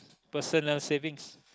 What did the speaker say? personal savings